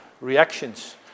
reactions